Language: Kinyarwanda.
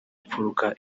mfuruka